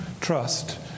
trust